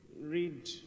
read